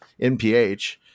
NPH